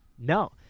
No